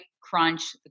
crunch